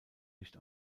nicht